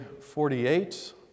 48